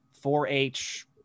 4-H